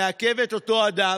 לעכב את אותו אדם,